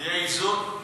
יהיה איזון?